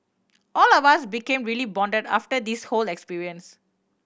all of us became really bonded after this whole experience